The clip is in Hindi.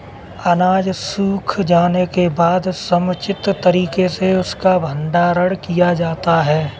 अनाज सूख जाने के बाद समुचित तरीके से उसका भंडारण किया जाता है